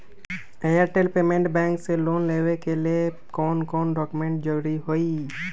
Airtel payments bank से loan लेवे के ले कौन कौन डॉक्यूमेंट जरुरी होइ?